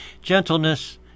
gentleness